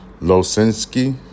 Losinski